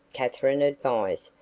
katherine advised.